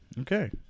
Okay